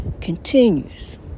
Continues